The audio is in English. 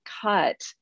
cut